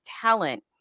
talent